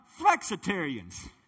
flexitarians